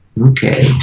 okay